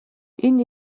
энэ